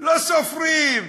לא סופרים.